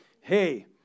hey